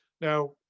Now